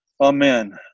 Amen